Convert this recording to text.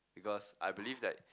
because I believe that